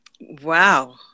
Wow